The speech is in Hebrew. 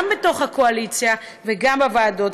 גם בתוך הקואליציה וגם בוועדות.